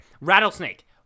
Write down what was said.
Rattlesnake